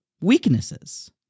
weaknesses